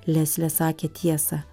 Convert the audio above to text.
leslė sakė tiesą